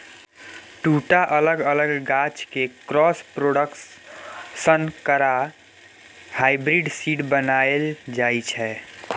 दु टा अलग अलग गाछ केँ क्रॉस प्रोडक्शन करा हाइब्रिड सीड बनाएल जाइ छै